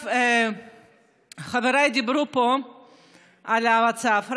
חבריי דיברו פה על המצב.